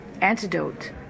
antidote